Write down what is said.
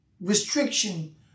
restriction